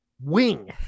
wing